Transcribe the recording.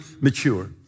mature